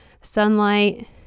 sunlight